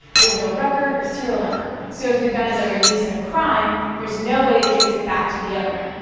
there's no record or serial number, so if the gun is ever used in a crime, there's no way to trace it back to the owner.